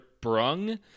brung